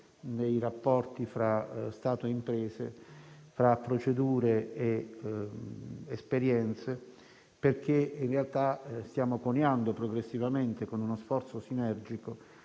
dei rapporti fra Stato e imprese, fra procedure ed esperienze, perché in realtà stiamo coniando progressivamente, con uno sforzo sinergico,